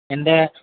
എൻ്റെ